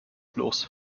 bloß